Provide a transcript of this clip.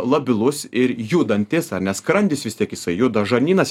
labilus ir judantis ar ne skrandis vis tiek jisai juda žarnynas